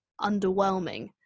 underwhelming